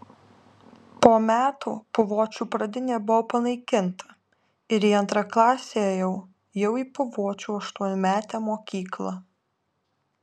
po metų puvočių pradinė buvo panaikinta ir į antrą klasę ėjau jau į puvočių aštuonmetę mokyklą